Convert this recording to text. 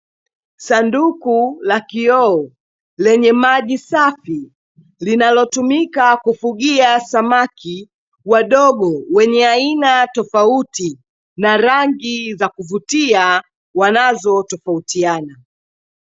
Sanduku la kioo lenye maji safi, linalotumika kufugia samaki wadogo, wenye aina tofauti na rangi za kuvutia wanazotofautiana.